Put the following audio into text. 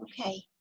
Okay